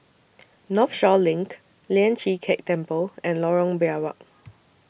Northshore LINK Lian Chee Kek Temple and Lorong Biawak